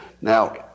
Now